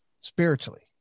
spiritually